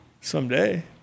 Someday